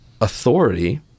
authority